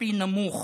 כספי נמוך